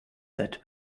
that